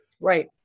Right